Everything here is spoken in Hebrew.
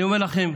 אני אומר לכם,